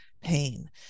pain